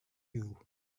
you